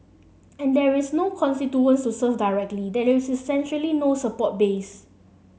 and there is no constituents to serve directly there is essentially no support base